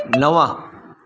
नव